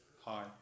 Hi